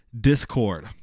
discord